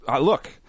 look